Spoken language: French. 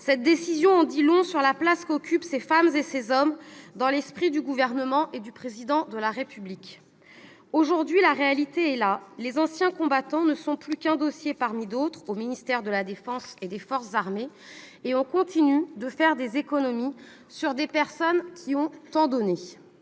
Cette décision en dit long sur la place qu'occupent ces femmes et ces hommes dans l'esprit du Gouvernement et du Président de la République. Aujourd'hui, la réalité est là : les anciens combattants ne sont plus qu'un dossier parmi d'autres au ministère des armées, et l'on continue de faire des économies sur le dos de personnes qui ont tant donné